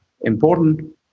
important